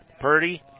Purdy